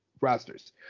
rosters